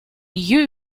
you